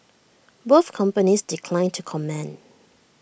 both companies declined to comment